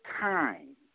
time